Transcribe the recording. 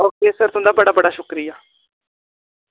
okay sir तुंदा बड़ा बड़ा शुक्रिया